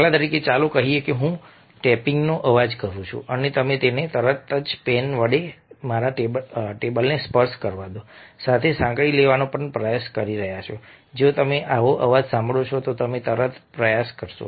દાખલા તરીકે ચાલો કહીએ કે હું ટેપિંગનો અવાજ કરું છું અને તમે તેને તરત જ પેન વડે મારા ટેબલને સ્પર્શ કરવા દો સાથે સાંકળી લેવાનો પ્રયાસ કરી રહ્યાં છો અથવા જો તમે આવો અવાજ સાંભળી શકો છો તો તમે તરત જ પ્રયાસ કરશો